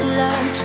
love